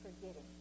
forgetting